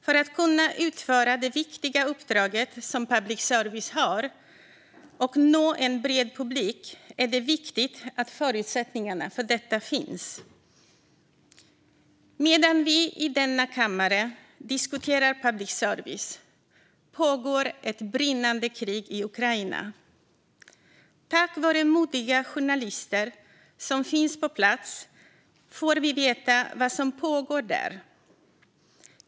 För att kunna utföra det viktiga uppdrag som public service har och nå en bred publik är det viktigt att förutsättningarna för detta finns. Medan vi i denna kammare diskuterar public service pågår ett brinnande krig i Ukraina. Tack vare modiga journalister som finns på plats får vi veta vad som pågår där.